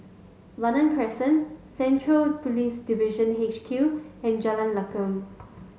Vanda Crescent Central Police Division H Q and Jalan Lakum